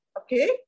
Okay